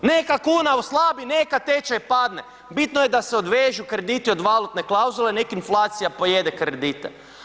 Neka kuna oslabi, neka tečaj padne, bitno je da se odvežu kredite od valutne klauzule, nek inflacija pojede kredite.